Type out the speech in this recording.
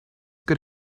got